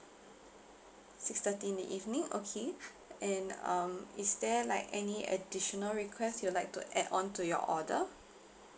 six thirty in the evening okay and um is there like any additional request you'd like to add on to your order